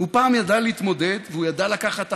הוא פעם ידע להתמודד וידע לקחת אחריות,